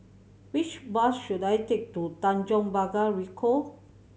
which bus should I take to Tanjong Pagar Ricoh